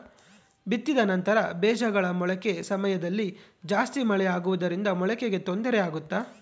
ಬಿತ್ತಿದ ನಂತರ ಬೇಜಗಳ ಮೊಳಕೆ ಸಮಯದಲ್ಲಿ ಜಾಸ್ತಿ ಮಳೆ ಆಗುವುದರಿಂದ ಮೊಳಕೆಗೆ ತೊಂದರೆ ಆಗುತ್ತಾ?